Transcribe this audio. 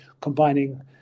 combining